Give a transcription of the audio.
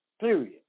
Period